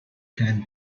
can